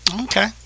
Okay